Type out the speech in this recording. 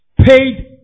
paid